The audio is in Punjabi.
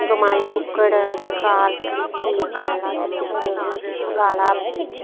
ਕਮਾਈ ਕੁੱਕੜ ਕਾਲ ਕਲੀਚੀ ਕਾਲਾ ਤਿੱਤਰ ਕਾਲਾ